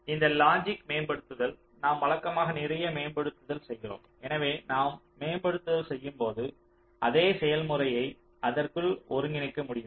இந்த லாஜிக் மேப்படுத்துதல் நாம் வழக்கமாக நிறைய மேப்படுத்துதல் செய்கிறோம் எனவே நாம் மேப்படுத்துதல் செய்யும்போது அதே செயல்முறையை அதற்குள் ஒருங்கிணைக்க முடியுமா